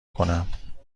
کنم